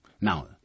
Now